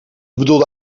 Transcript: bedoelde